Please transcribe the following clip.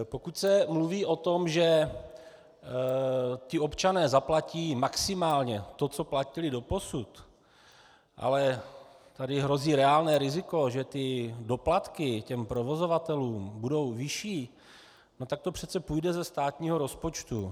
Pokud se mluví o tom, že občané zaplatí maximálně to, co platili doposud, ale tady hrozí reálné riziko, že doplatky provozovatelům budou vyšší, no tak to přece půjde ze státního rozpočtu.